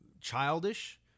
childish